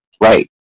Right